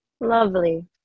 lovely